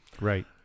Right